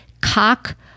cock